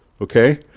Okay